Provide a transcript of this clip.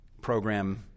program